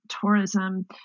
tourism